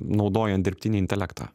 naudojant dirbtinį intelektą